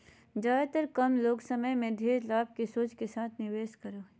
ज्यादेतर लोग कम समय में ढेर लाभ के सोच के साथ निवेश करो हइ